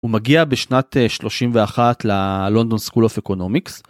הוא מגיע בשנת שלושים ואחת ל-London School of Economics.